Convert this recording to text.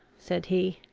said he.